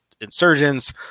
insurgents